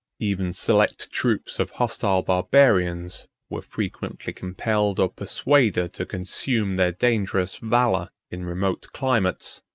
even select troops of hostile barbarians were frequently compelled or persuaded to consume their dangerous valor in remote climates,